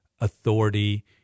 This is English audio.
authority